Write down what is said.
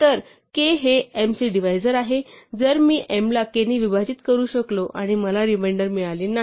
तर k हे m चे डिव्हायजर आहे जर मी m ला k ने विभाजित करू शकलो आणि मला रिमेंडर मिळाले नाही